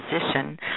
position